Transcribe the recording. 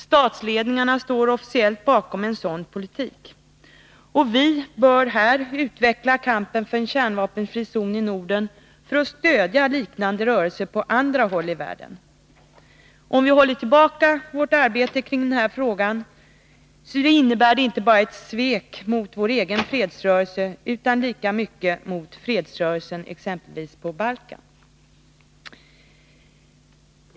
Statsledningarna står officiellt bakom en sådan politik. Vi bör utveckla kampen för en kärnvapenfri zon i Norden för att stödja liknande rörelser på andra håll i världen. Om vi håller tillbaka vårt arbete kring denna fråga, innebär det ett svek inte bara mot vår egen fredsrörelse utan lika mycket mot fredsrörelsen exempelvis på Balkan.